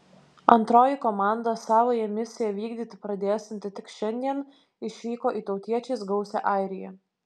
antroji komanda savąją misiją vykdyti pradėsianti tik šiandien išvyko į tautiečiais gausią airiją